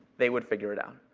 they would figure it out.